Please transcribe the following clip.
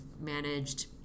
managed